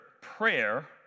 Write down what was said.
prayer